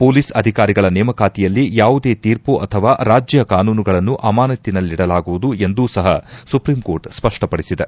police ಅಧಿಕಾರಿಗಳ ನೇಮಕಾತಿಯಲ್ಲಿ ಯಾವುದೇ ತೀರ್ಮ ಅಥವಾ ರಾಜ್ಯ ಕಾನೂನುಗಳನ್ನು ಅಮಾನತ್ತಿನಲ್ಲಿಡಲಾಗುವುದು ಎಂದೂ ಸಪ ಸುಪ್ರೀಂ ಕೋರ್ಟ್ ಸ್ಪಷ್ಟಪಡಿಸಿದೆ